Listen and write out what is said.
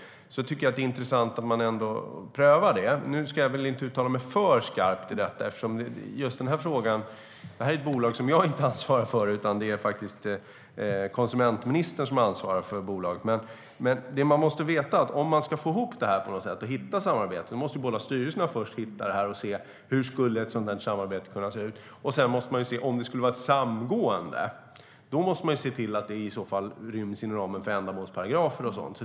Jag tycker att det är intressant att man ändå prövar det. Jag ska inte uttala mig för skarpt om detta, eftersom det är ett bolag som jag inte ansvarar för, utan det är faktiskt konsumentministern som ansvarar för det. Men man måste veta att om man ska få ihop detta på något sätt och hitta ett samarbete måste båda styrelserna först titta på hur ett sådant samarbete skulle kunna se ut. Om det sedan skulle vara ett samgående måste man se till att det i så fall ryms inom ramen för ändamålsparagrafer och så vidare.